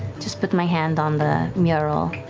just put my hand on the mural,